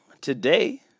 today